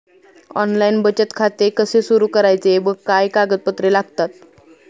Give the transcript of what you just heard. Online बचत खाते कसे सुरू करायचे व काय कागदपत्रे लागतात?